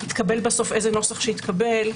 יתקבל איזה נוסח שיתקבל,